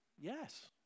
Yes